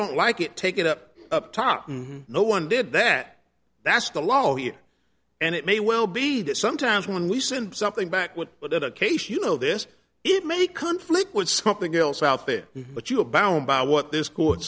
don't like it take it up up top and no one did that that's the law he and it may well be that sometimes when we send something back what but in a case you know this it may conflict with something else out there but you are bound by what this court